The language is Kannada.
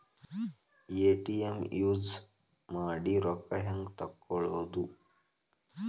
ಎ.ಟಿ.ಎಂ ಯೂಸ್ ಮಾಡಿ ರೊಕ್ಕ ಹೆಂಗೆ ತಕ್ಕೊಳೋದು?